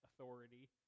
authority